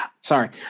sorry